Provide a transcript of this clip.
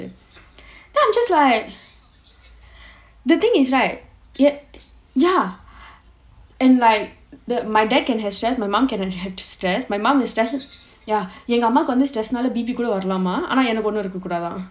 then I'm just like the thing is right it ya and like the my dad can have stress my mom can have stress my mom is stress ya என் அம்மாக்கு வந்து:en ammakku vanthu stress னால:naala B_P கூட வரலாமாம் ஆனா எனக்கு ஒண்ணும் இருக்க கூடாதாம்:kooda varalaamaam aanaa enakku onnum irukka koodaathaam